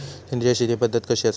सेंद्रिय शेती पद्धत कशी असता?